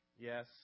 Yes